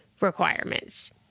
requirements